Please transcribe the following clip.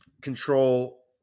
control